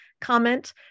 comment